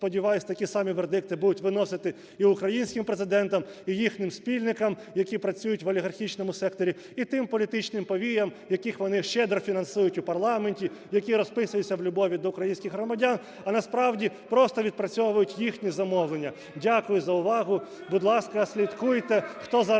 сподіваюсь, такі самі вердикти будуть виносити і українським президентам, і їхнім спільникам, які працюють в олігархічному секторі, і тим політичним повіям, яких вони щедро фінансують у парламенті, які розписуються в любові до українських громадян, а насправді просто відпрацьовують їхні замовлення. Дякую за увагу. Будь ласка, слідкуйте,